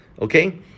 Okay